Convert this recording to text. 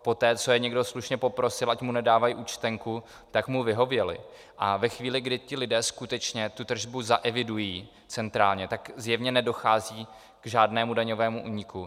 Poté, co je někdo slušně poprosil, ať mu nedávají účtenku, tak mu vyhověli a ve chvíli, kdy ti lidé skutečně tu tržbu zaevidují centrálně, tak zjevně nedochází k žádnému daňovému úniku.